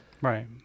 Right